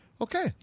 Okay